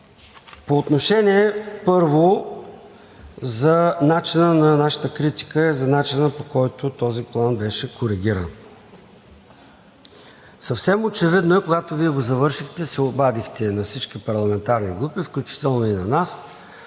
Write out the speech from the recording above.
по отношение, първо, за начина, по който този план беше коригиран. Съвсем очевидно е, когато Вие го завършихте, се обадихте на всички парламентарни групи, включително и на нас,